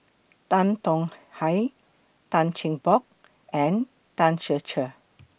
Tan Tong Hye Tan Cheng Bock and Tan Ser Cher